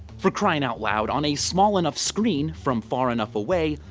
for crying out loud, on a small enough screen from far enough away,